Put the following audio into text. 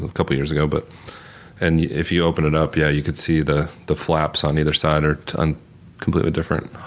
couple of years ago. but and if you opened it up, yeah you could see the the flaps on either side are on completely different